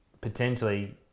potentially